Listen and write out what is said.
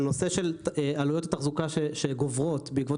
הנושא של עלויות התחזוקה שגוברות בעקבות